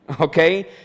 okay